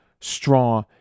Straw